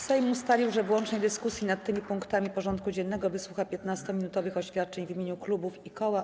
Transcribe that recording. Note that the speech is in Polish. Sejm ustalił, że w łącznej dyskusji nad tymi punktami porządku dziennego wysłucha 15-minutowych oświadczeń w imieniu klubów i koła.